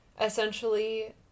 essentially